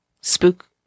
spook